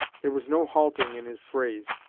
there was no halting in his phrase.